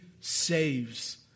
saves